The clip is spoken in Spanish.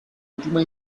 última